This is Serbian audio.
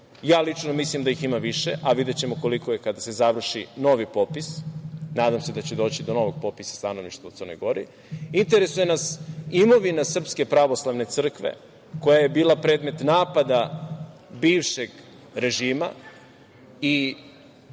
Ja lično mislim da ih ima više, a videćemo koliko je kad se završi novi popis, nadam se da će doći do novog popisa stanovništva u Crnoj Gori. Nas interesuje imovina SPC koja je bila predmet napada bivšeg režima i